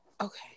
Okay